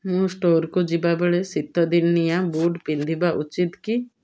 ମୁଁ ଷ୍ଟୋର୍କୁ ଯିବାବେଳେ ଶୀତଦିନିଆ ବୁଟ୍ ପିନ୍ଧିବା ଉଚିତ କି